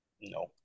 No